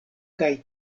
kaj